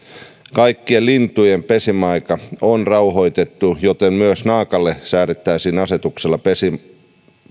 kaikkien lintujen pesimäaika on rauhoitettu joten myös naakalle säädettäisiin asetuksella